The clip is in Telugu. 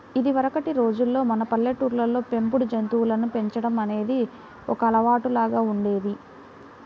ఇదివరకటి రోజుల్లో మన పల్లెటూళ్ళల్లో పెంపుడు జంతువులను పెంచడం అనేది ఒక అలవాటులాగా ఉండేది